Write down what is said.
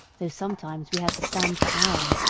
though sometimes we had to stand for hours,